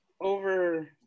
over